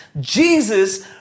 Jesus